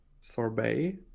sorbet